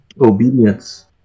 obedience